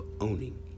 owning